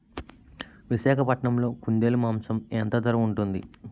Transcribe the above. విశాఖపట్నంలో కుందేలు మాంసం ఎంత ధర ఉంటుంది?